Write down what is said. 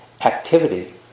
activity